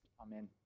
Amen